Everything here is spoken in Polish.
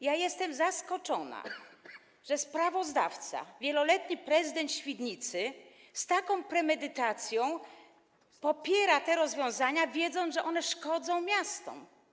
Jestem zaskoczona, że sprawozdawca, wieloletni prezydent Świdnicy, z taką premedytacją popiera te rozwiązania, wiedząc, że one szkodzą miastom.